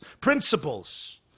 principles